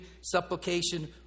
supplication